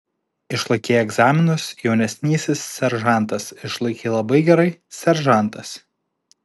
išlaikei egzaminus jaunesnysis seržantas išlaikei labai gerai seržantas